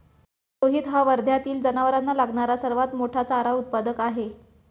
रोहित हा वर्ध्यातील जनावरांना लागणारा सर्वात मोठा चारा उत्पादक आहे